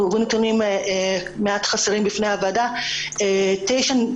הובאו נתונים מעט חסרים בפני הוועדה תשע